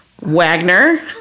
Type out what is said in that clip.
Wagner